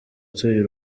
utuye